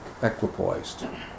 equipoised